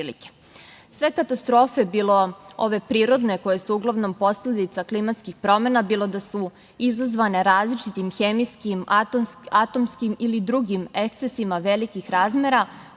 katastrofe, bilo ove prirodne koje su uglavnom posledica klimatskih promena, bilo da su izazvane različitim hemijskim, atomskim ili drugim ekscesnim velikih razmera,